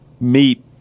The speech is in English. meet